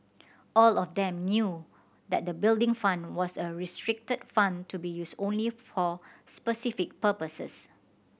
all of them knew that the Building Fund was a restricted fund to be used only for specific purposes